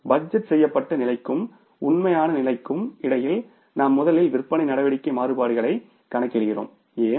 budget செய்யப்பட்ட நிலைக்கும் உண்மையான நிலைக்கும் இடையில் நாம் முதலில் விற்பனை நடவடிக்கை மாறுபாடுகளை கணக்கிடுகிறோம் ஏன்